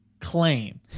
claim